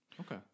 okay